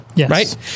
Right